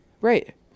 Right